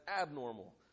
abnormal